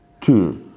two